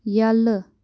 یَلہٕ